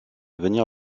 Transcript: venir